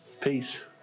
Peace